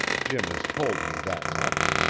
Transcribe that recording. jim has told me that much.